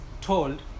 told